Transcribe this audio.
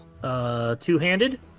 two-handed